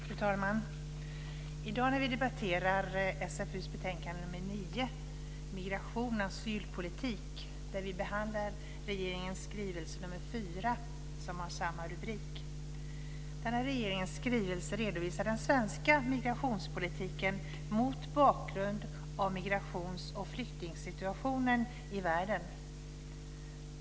Fru talman! I dag debatterar vi SfU:s betänkande 9 Migration och asylpolitik där vi behandlar regeringens skrivelse 2000/01:4 med samma rubrik. Regeringens skrivelse redovisar den svenska migrationspolitiken mot bakgrund av migrations och flyktingsituationen i världen.